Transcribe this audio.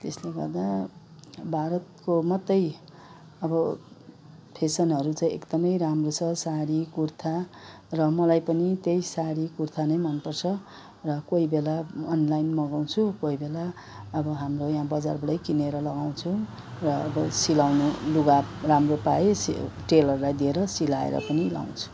त्यसले गर्दा भारतको मात्रै अब फेसनहरू चाहिँ एकदमै राम्रो छ सारी कुर्ता र मलाई पनि त्यही सारी कुर्ता नै मन पर्छ र कोहीबेला अनलाइन मगाउँछु र कोहीबेला अब हाम्रो यहाँ बजारबाटै किनेर लगाउँछु र सिलाउने लुगा राम्रो पाए टेलरलाई दिएर सिलाएर पनि लाउँछु